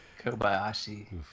Kobayashi